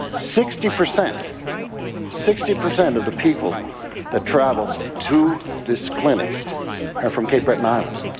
sixty percent sixty percent of the people that travel to this clinic are from cape breton island